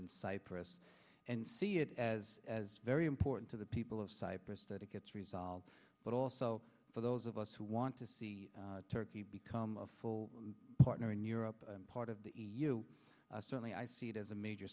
in cyprus and see it as as very important to the people of cyprus that it gets resolved but also for those of us who want to see turkey become a full partner in europe part of the e u certainly i see it as a major